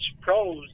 pros